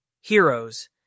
Heroes